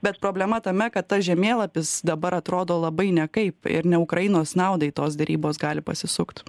bet problema tame kad tas žemėlapis dabar atrodo labai nekaip ir ne ukrainos naudai tos derybos gali pasisukt